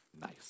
nice